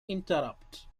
interrupt